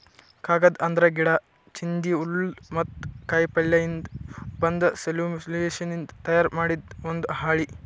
ಕಾಗದ್ ಅಂದ್ರ ಗಿಡಾ, ಚಿಂದಿ, ಹುಲ್ಲ್ ಮತ್ತ್ ಕಾಯಿಪಲ್ಯಯಿಂದ್ ಬಂದ್ ಸೆಲ್ಯುಲೋಸ್ನಿಂದ್ ತಯಾರ್ ಮಾಡಿದ್ ಒಂದ್ ಹಾಳಿ